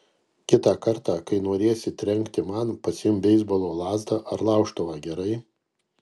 kitą kartą kai norėsi trenkti man pasiimk beisbolo lazdą ar laužtuvą gerai